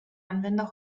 anwender